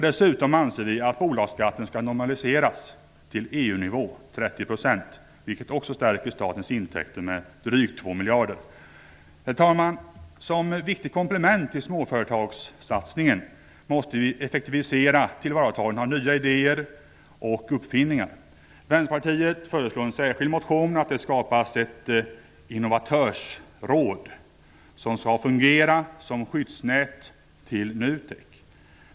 Dessutom anser vi att bolagsskatten skall normaliseras till EU nivå, 30 %, vilket också ökar statens intäkter med drygt 2 miljarder. Herr talman! Som viktigt komplement till småföretagssatsningen måste vi effektivisera tillvaratagandet av nya idéer och uppfinningar. Vänsterpartiet föreslår i en särskild motion att det skapas ett innovatörsråd, som skall fungera som skyddsnät till NUTEK.